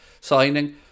signing